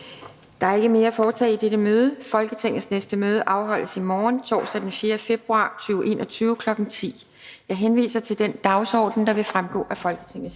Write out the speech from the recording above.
Der er ikke mere at foretage i dette møde. Folketingets næste møde afholdes i morgen, torsdag den 4. februar 2021, kl. 10.00. Jeg henviser til den dagsorden, der vil fremgå af Folketingets